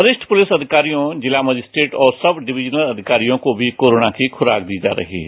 वरिष्ठ पुलिस अधिकारियों जिला मजिस्ट्रेट और सब डिविजनल अधिकारियों को भी कोरोना की खुराक दी जा रही है